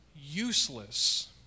useless